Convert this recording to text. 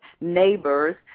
Neighbors